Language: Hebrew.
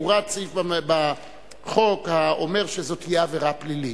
הורד סעיף בחוק האומר שזאת תהיה עבירה פלילית,